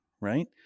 right